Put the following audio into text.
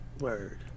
word